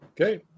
Okay